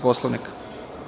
Poslovnika.